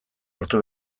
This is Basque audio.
hartu